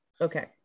Okay